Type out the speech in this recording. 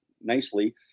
nicely